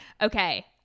Okay